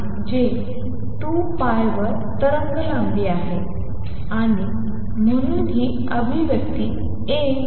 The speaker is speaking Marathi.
vω हे v2πν आहे जे 2π वर तरंगलांबी आहे आणि म्हणून मी ही अभिव्यक्ती ASinωt 2πxλ